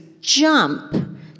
jump